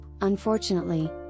Unfortunately